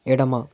ఎడమ